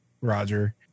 Roger